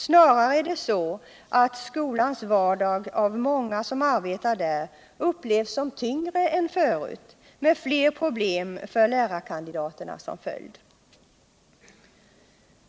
Snarare är det så att skolans vardag av många som arbetar där upplevs som tyngre än förut med fler problem för lärarkandidaterna som följd.